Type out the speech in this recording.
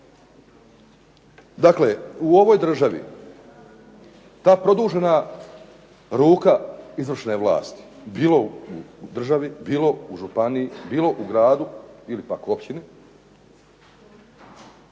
Dakle u ovoj državi ta produžena ruka izvršne vlasti bilo u državi, bilo u županiji, bilo u gradu ili pak općini,